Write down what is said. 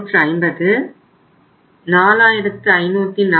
00 4545